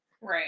Right